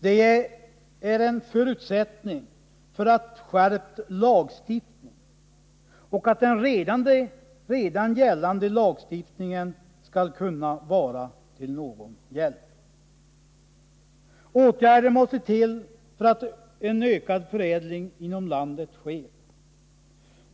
Det är en förutsättning för en skärpt lagstiftning och för att den redan gällande lagstiftningen skall kunna vara till någon hjälp. Åtgärder måste till för att en ökad förädling inom landet skallske.